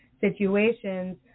situations